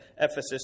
Ephesus